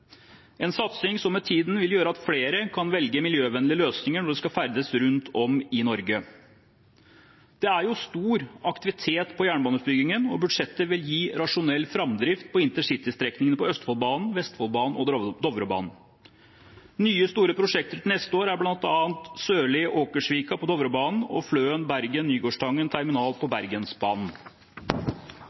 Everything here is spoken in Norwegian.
en satsing som med tiden vil gjøre at flere kan velge miljøvennlige løsninger når de skal ferdes rundt om i Norge. Det er stor aktivitet på jernbaneutbyggingen, og budsjettet vil gi rasjonell framdrift på intercitystrekningene på Østfoldbanen, Vestfoldbanen og Dovrebanen. Nye store prosjekter til neste år er bl.a. Sørli–Åkersvika på Dovrebanen og Fløen–Bergen–Nygårdstangen terminal på Bergensbanen.